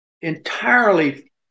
entirely